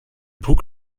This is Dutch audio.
broek